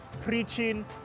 preaching